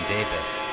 Davis